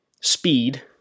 speed